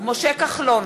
משה כחלון,